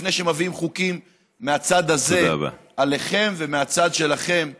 לפני שמביאים חוקים מהצד הזה עליכם ומהצד שלכם עלינו.